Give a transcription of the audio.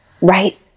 Right